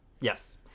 Yes